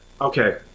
Okay